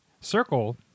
Circle